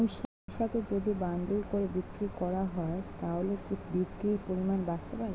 পুঁইশাকের যদি বান্ডিল করে বিক্রি করা হয় তাহলে কি বিক্রির পরিমাণ বাড়তে পারে?